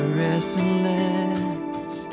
restless